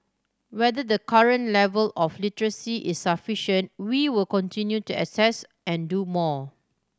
whether the current level of literacy is sufficient we will continue to assess and do more